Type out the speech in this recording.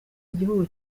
igihugu